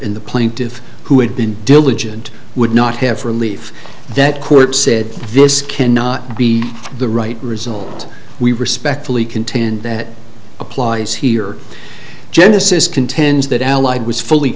plaintiffs who had been diligent would not have relief that court said this cannot be the right result we respectfully contend that applies here genesis contends that allied was fully